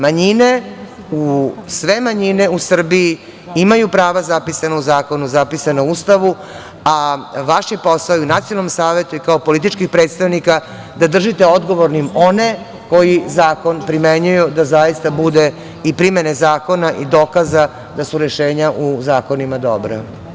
Manjine, sve manjine u Srbiji imaju prava zapisana u zakonu, zapisana u Ustavu, a vaš je posao i u nacionalnom savetu i kao političkih predstavnika da držite odgovornim one koji zakon primenjuju za da zaista bude i primene zakona i dokaza da su rešenja u zakonima dobra.